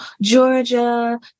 Georgia